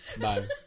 Bye